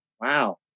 Wow